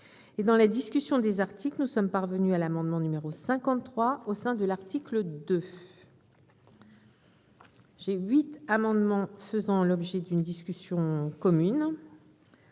Dans la discussion des articles, nous en sommes parvenus à l'amendement n° 53 au sein de l'article 2. Je suis saisie de huit amendements faisant l'objet d'une discussion commune.